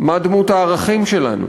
מה דמות הערכים שלנו?